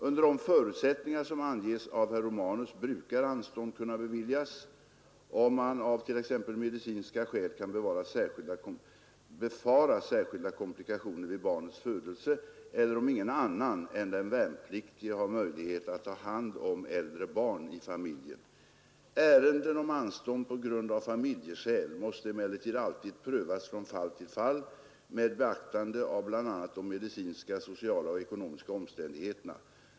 Under de förutsättningar som anges av herr Romanus brukar anstånd kunna beviljas om man av t.ex. medicinska skäl kan befara särskilda komplikationer vid barnets födelse eller om ingen annan än den värnpliktige har möjlighet att ta hand om de äldre barnen i familjen. Ärenden om anstånd på grund av familjeskäl måste emellertid alltid prövas från fall till fall med beaktande av bl.a. de medicinska, sociala och ekonomiska omständigheterna.